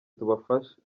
tubafashe